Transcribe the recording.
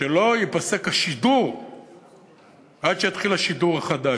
שלא ייפסק השידור עד שיתחיל השידור החדש.